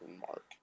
mark